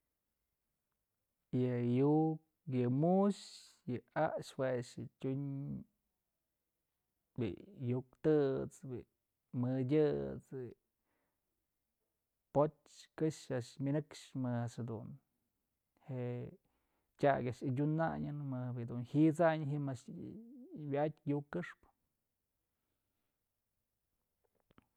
Yë yu'u yë mu'ux yë a'axë jue a'ax yë tyun bi'i yuk tët's bi'i mëdyët's së poch këxyë a'ax myënëkxë ma'a a'ax jëdun je'e tyak a'ax yadyunanyën më bi'i dun ji'it'sanyën ji'im a'ax dun wya'atyë yuk këxpë.